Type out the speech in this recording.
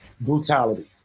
brutality